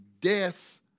death